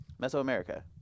mesoamerica